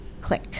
click